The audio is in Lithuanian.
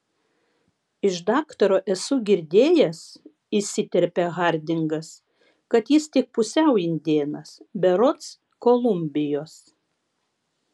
iš daktaro esu girdėjęs įsiterpia hardingas kad jis tik pusiau indėnas berods kolumbijos